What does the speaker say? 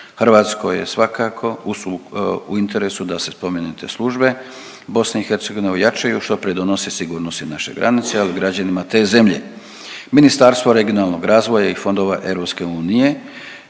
Hrvatskoj je svakako u suk… u interesu da se spomenute službe BiH ojačaju što pridonosi sigurnosti naše granice ali i građanima te zemlje. Ministarstvo regionalnog razvoja i fondova EU